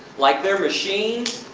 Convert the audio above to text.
like they're machines.